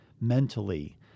mentally